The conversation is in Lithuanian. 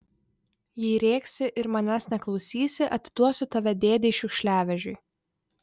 jei rėksi ir manęs neklausysi atiduosiu tave dėdei šiukšliavežiui